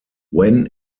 when